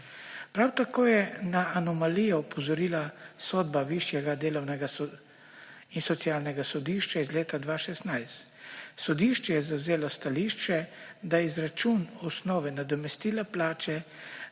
Prav tako je na anomalijo opozorila sodba Višjega delovnega in socialnega sodišča iz leta 2016. Sodišče je zavzelo stališče, da je izračun osnovne nadomestila plače